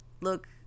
look